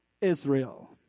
Israel